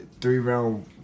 three-round